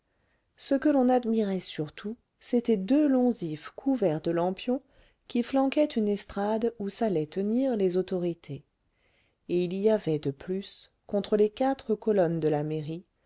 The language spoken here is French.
ce que l'on admirait surtout c'étaient deux longs ifs couverts de lampions qui flanquaient une estrade où s'allaient tenir les autorités et il y avait de plus contre les quatre colonnes de la mairie